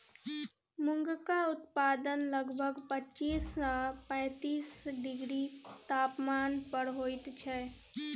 मूंगक उत्पादन लगभग पच्चीस सँ पैतीस डिग्री तापमान पर होइत छै